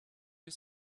you